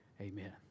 Amen